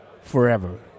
forever